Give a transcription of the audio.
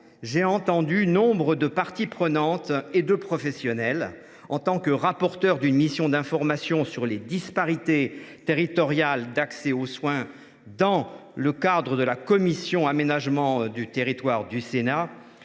j’ai entendu nombre de parties prenantes et de professionnels, en tant que rapporteur de la mission d’information sur les inégalités territoriales d’accès aux soins dans le cadre de la commission de l’aménagement du territoire et